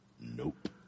Nope